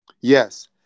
Yes